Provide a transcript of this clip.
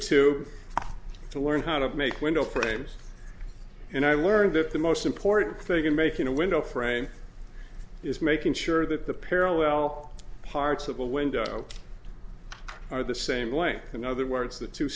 tube to learn how to make window frames and i learned that the most important thing in making a window frame is making sure that the parallel parts of the window are the same way in other words the two